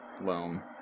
Loam